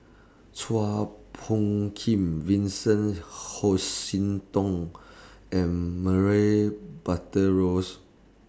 Chua Phung Kim Vincent Hoisington and Murray Buttrose